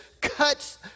cuts